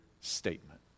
statement